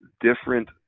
different